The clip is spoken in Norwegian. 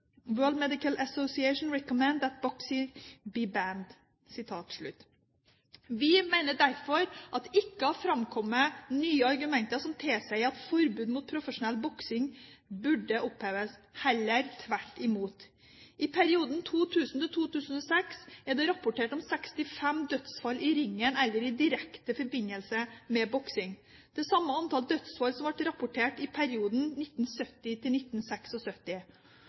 Vi mener derfor at det ikke har framkommet nye argumenter som tilsier at forbudet mot profesjonell boksing burde oppheves, heller tvert imot. I perioden 2000–2006 ble det rapportert om 65 dødsfall i ringen eller i direkte forbindelse med boksing. Det er samme antall dødsfall som ble rapportert